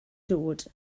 dod